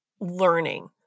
learning